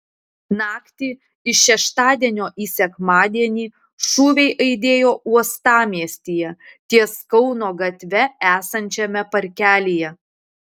naktį iš šeštadienio į sekmadienį šūviai aidėjo uostamiestyje ties kauno gatve esančiame parkelyje